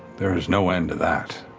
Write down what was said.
there is no end to that.